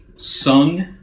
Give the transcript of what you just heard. sung